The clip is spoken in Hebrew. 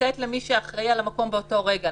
לתת למי שאחראי על המקום באותו רגע,